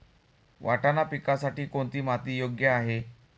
वाटाणा पिकासाठी कोणती माती योग्य आहे?